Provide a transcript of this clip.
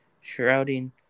shrouding